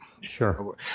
Sure